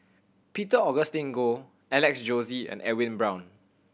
Peter Augustine Goh Alex Josey and Edwin Brown